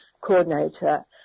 coordinator